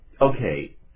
okay